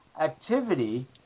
activity